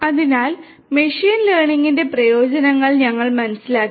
അതിനാൽ മെഷീൻ ലേണിംഗിന്റെ പ്രയോജനങ്ങൾ ഞങ്ങൾ മനസ്സിലാക്കി